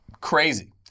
crazy